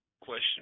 Question